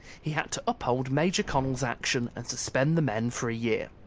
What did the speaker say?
he had to uphold major connel's action and suspend the men for a year.